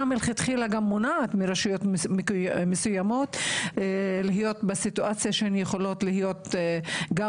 מלכתחילה גם מונעת מרשויות מסוימות להיות בסיטואציה שהן יכולות להיות גם